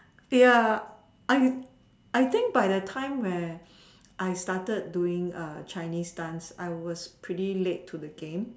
ya I I think by the time when I started doing Chinese dance I was pretty late to the game